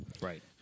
Right